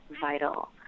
vital